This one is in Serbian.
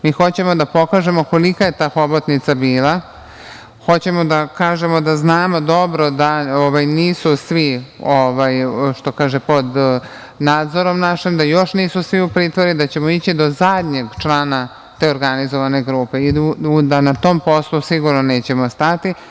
Mi hoćemo da pokažemo kolika je ta hobotnica bila, hoćemo da kažemo da znamo dobro da nisu svi pod nadzorom našim, da još nisu svi u pritvoru i da ćemo ići do zadnjeg člana te organizovane grupe i da na tom poslu sigurno nećemo stati.